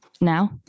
Now